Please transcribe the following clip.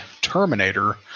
Terminator